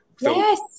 Yes